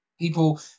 People